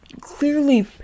clearly